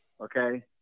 okay